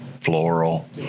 floral